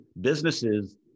businesses